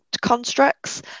constructs